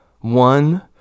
one